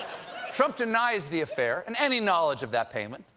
trump denies the affair and any knowledge of that payment,